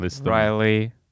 Riley